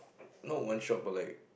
not one shot but like